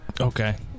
Okay